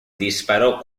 disparó